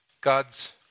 God's